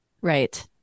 Right